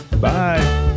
Bye